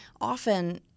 often